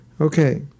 Okay